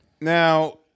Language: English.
Now